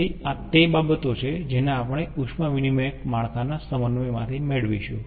તેથી આ તે બાબતો છે જેને આપણે ઉષ્મા વિનીમયક માળખાના સમન્વય માંથી મેળવીશું